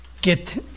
get